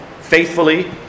faithfully